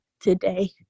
today